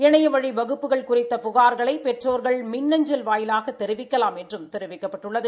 இணையவழி வகுப்புகள் குறித்த புகார்களை பெற்றோர்கள் மின் அஞ்சல் வாயிலாக தெரிவிக்கலாம் என்றும் தெரிவிக்கப்பட்டுள்ளது